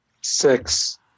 Six